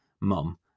mum